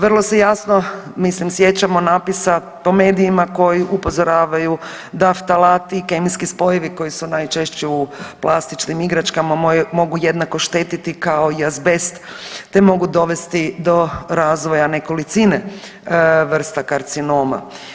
Vrlo se jasno, mislim sjećamo napisa po medijima koji ih upozoravaju da aftalati, kemijski spojevi koji su najčešće u plastičnim igračkama mogu jednako štetiti kao i azbest te mogu dovesti do razvoj nekolicine vrsta karcinoma.